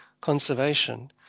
conservation